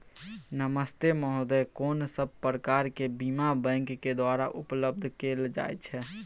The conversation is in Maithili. नमस्ते महोदय, कोन सब प्रकार के बीमा बैंक के द्वारा उपलब्ध कैल जाए छै?